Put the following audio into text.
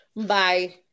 Bye